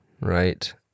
right